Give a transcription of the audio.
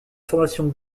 formation